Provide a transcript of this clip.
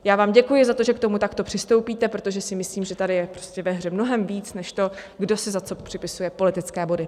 Já vám děkuji za to, že k tomu takto přistoupíte, protože si myslím, že tady je ve hře mnohem víc než to, kdo si za co připisuje politické body.